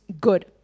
good